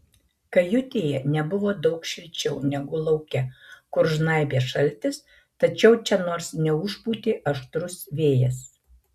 kajutėje nebuvo daug šilčiau negu lauke kur žnaibė šaltis tačiau čia nors neužpūtė aštrus vėjas